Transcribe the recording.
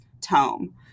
tome